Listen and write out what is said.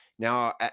Now